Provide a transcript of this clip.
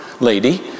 lady